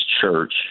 Church